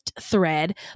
thread